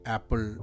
Apple